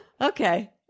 Okay